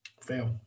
Fail